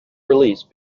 release